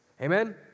amen